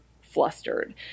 flustered